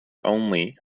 only